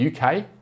UK